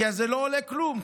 כי אז זה לא עולה כלום,